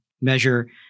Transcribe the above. measure